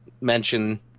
mention